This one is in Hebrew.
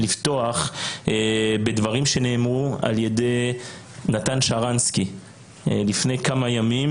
אני רוצה לפתוח בדברים שנאמרו על ידי נתן שרנסקי לפני כמה ימים,